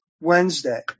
Wednesday